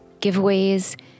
giveaways